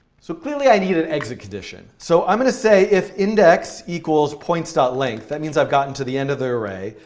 so clearly i need an exit condition. so i'm going to say, if index equals points length, that means i've gotten to the end of the array.